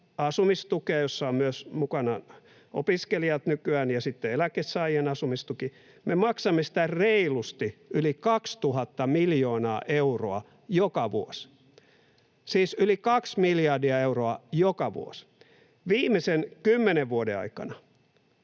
asumistukea, jossa ovat mukana myös opiskelijat nykyään, ja sitten on eläkesaajien asumistuki. Me maksamme sitä reilusti yli 2 000 miljoonaa euroa joka vuosi, siis yli 2 miljardia euroa joka vuosi. Viimeisen 10 vuoden aikana